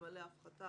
אלמלא ההפחתה,